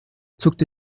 zuckte